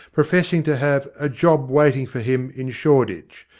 professing to have a job waiting for him in shoreditch,